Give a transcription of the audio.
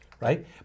right